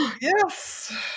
Yes